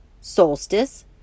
solstice